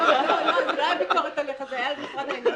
זה לא היה ביקורת עליך, זה היה על משרד האנרגיה.